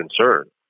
concern